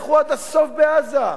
לכו עד הסוף בעזה.